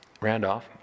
Randolph